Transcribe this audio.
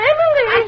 Emily